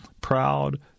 proud